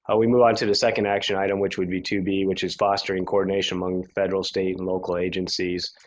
ah we move on to the second action item which would be two b, which is fostering coordination among federal, state, and local agencies.